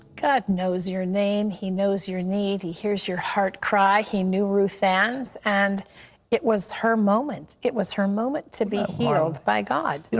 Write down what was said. god knows your name. he knows your need. he hears your heart cry. he knew ruth ann's, and it was her moment. it was her moment to be healed by god. pat